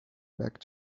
back